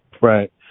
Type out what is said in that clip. right